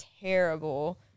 terrible